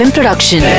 Production